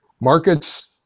Markets